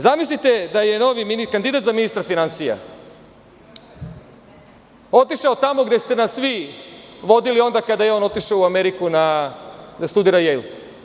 Zamislite da je novi kandidat za ministra finansija otišao tamo gde ste nas vi vodili onda kada je on otišao u Ameriku da studira „Jejl“